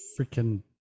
Freaking